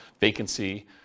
vacancy